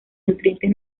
nutrientes